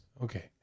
Okay